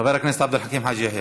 חבר הכנסת עבד אל חכים חאג' יחיא,